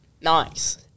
Nice